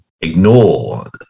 ignore